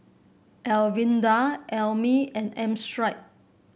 Evander Emmie and Armstead